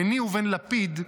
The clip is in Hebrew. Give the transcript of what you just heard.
ביני ובין לפיד,